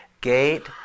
gate